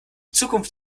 zukunft